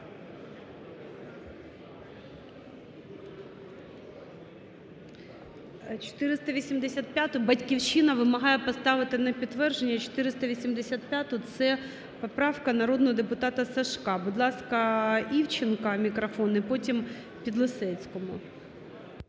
485-у "Батьківщина" вимагає поставити на підтвердження. 485-у, це поправка народного депутата Сажка. Будь ласка, Івченко, мікрофон, і потім Підлісецькому.